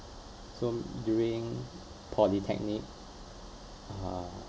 so during polytechnic uh